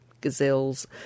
gazelles